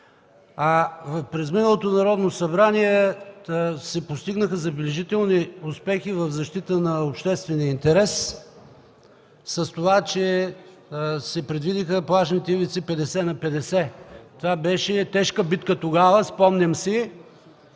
При изминалото Народно събрание се постигнаха забележителни успехи в защита на обществения интерес с това, че се предвидиха плажните ивици 50 на 50. Тогава това беше тежка битка и се успя – спомням си.